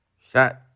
Shot